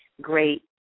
great